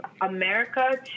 America